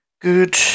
Good